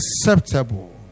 Acceptable